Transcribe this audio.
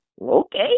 okay